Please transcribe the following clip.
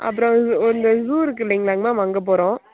அப்புறம் வந்து ஷூ இருக்குது இல்லைங்களாங்க மேம் அங்கே போகிறோம்